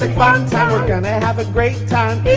time we're gonna have a great time in